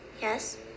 Yes